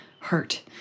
hurt